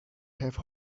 have